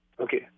Okay